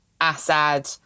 Assad